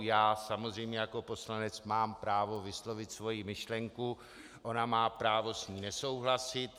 Já samozřejmě jako poslanec mám právo vyslovit svoji myšlenku, ona má právo s ní nesouhlasit.